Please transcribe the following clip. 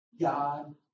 God